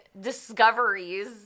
discoveries